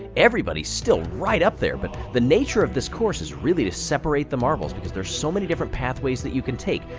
everybody's still right up there, but the nature of this course is really to separate the marbles, because there's so many different pathways that you can take.